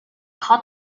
caught